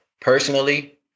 Personally